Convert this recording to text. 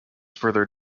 further